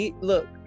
look